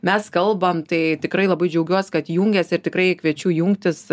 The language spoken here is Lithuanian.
mes kalbam tai tikrai labai džiaugiuos kad jungiasi ir tikrai kviečiu jungtis